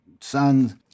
sons